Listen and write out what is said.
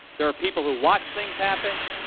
there are people who watch things happen,